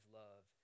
love